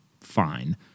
Fine